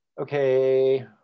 Okay